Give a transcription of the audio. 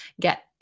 get